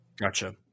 Gotcha